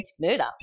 murder